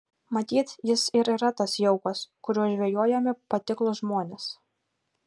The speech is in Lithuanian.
matyt jis ir yra tas jaukas kuriuo žvejojami patiklūs žmonės